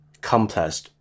complex